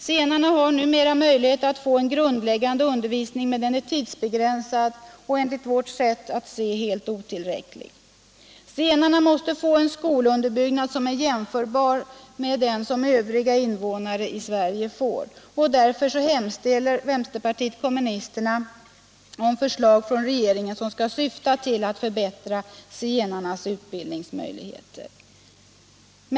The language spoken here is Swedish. Zigenare har numera möjlighet att få en grundläggande undervisning, men den är tidsbegränsad och enligt vårt sätt att se helt otillräcklig. Zigenarna måste få en skolunderbyggnad som är jämförbar med den som övriga invånare i Sverige får. Därför hemställer vänsterpartiet kommunisterna om förslag från regeringen som skall syfta till att förbättra zigenarnas utbildningsmöjligheter.